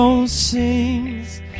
sings